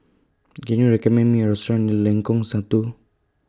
Can YOU recommend Me A Restaurant near Lengkong Satu